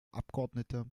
abgeordnete